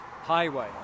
highway